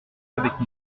avec